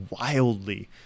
wildly